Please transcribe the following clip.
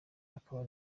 akaba